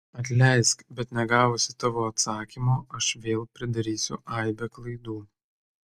atleisk bet negavusi tavo atsakymo aš vėl pridarysiu aibę klaidų